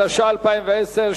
התש"ע 2010,